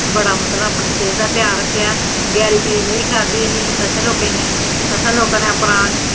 बड़ा मतलब अपनी सेह्त दा ध्यान रक्खेआ ऐ बजारू चीज नेईं खाद्धी असें लोकें नै असें लोकें नै अपना